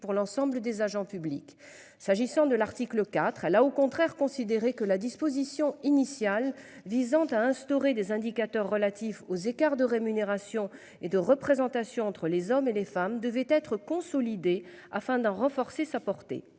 pour l'ensemble des agents publics. S'agissant de l'article 4 à la, au contraire, considérer que la disposition initiale visant à instaurer des indicateurs relatifs aux écarts de rémunération et de représentation entre les hommes et les femmes devaient être consolidée afin d'en renforcer sa portée